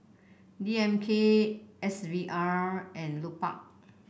D M K S V R and Lupark